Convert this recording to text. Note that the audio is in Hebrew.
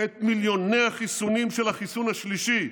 את מיליוני החיסונים של החיסון השלישי,